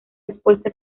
respuesta